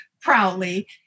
proudly